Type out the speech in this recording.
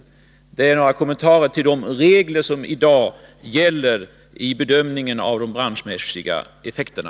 Detta var några kommentarer till de regler som i dag gäller för bedömningen av de branschmässiga effekterna.